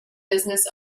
business